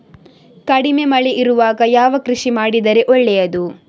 ಕಡಿಮೆ ಮಳೆ ಇರುವಾಗ ಯಾವ ಕೃಷಿ ಮಾಡಿದರೆ ಒಳ್ಳೆಯದು?